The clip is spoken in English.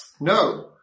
No